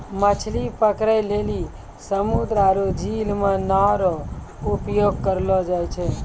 मछली पकड़ै लेली समुन्द्र आरु झील मे नांव रो उपयोग करलो जाय छै